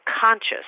conscious